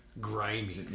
Grimy